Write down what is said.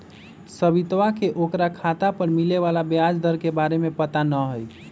सवितवा के ओकरा खाता पर मिले वाला ब्याज दर के बारे में पता ना हई